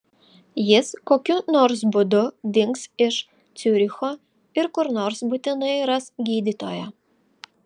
jis kokiu nors būdu dings iš ciuricho ir kur nors būtinai ras gydytoją